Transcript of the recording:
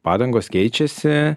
padangos keičiasi